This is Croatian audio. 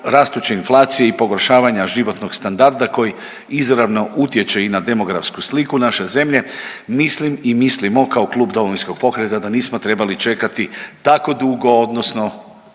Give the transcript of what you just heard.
rastuće inflacije i pogoršavanja životnog standarda koji izravno utječe i na demografsku sliku naše zemlje, mislim i mislimo kao klub Domovinskog pokreta, da nismo trebali čekati tako dugo odnosno